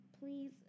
please